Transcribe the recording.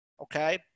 Okay